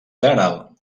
general